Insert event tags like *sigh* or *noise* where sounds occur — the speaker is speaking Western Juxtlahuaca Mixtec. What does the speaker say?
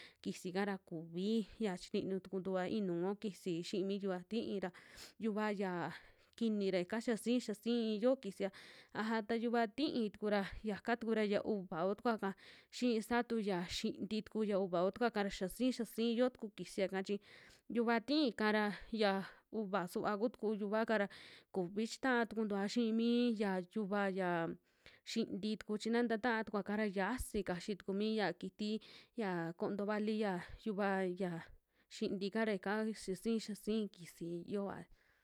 Kisi'ka ra kuvi ya chinu tukuntua ya inuu kisi xii mi yuva ti'í ra *noise* yuva ya kini ra ika xia sii, xia sii yoo kusia, aja ta yuva ti'í tuku ra yaka tuku ra ya uuva ku tukua, xii satuya xinti tuku ya uuva utukua ka ra xia sii, xia sii yoo tuku kisia'ka chi yuva ti'íka ra ya uuva suva kutuku yuvaa'ka ra kuvi chitaa tukuntua xii mii ya yuva, ya xintii tuku chi na nta ta'a tukuaka ra yiasi kaxi tuku miya kiti ya konto vali, ya yuva ya xintika ra yaka xia sii, xia sii kisi yoa.